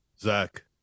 Zach